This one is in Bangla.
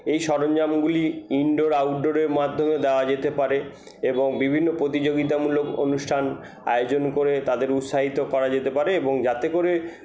এই সরঞ্জামগুলি ইনডোর আউটডোরের মাধ্যমেও দেওয়া যেতে পারে এবং বিভিন্ন প্রতিযোগিতামূলক অনুষ্ঠান আয়োজন করে তাদের উৎসাহিত করা যেতে পারে এবং যাতে করে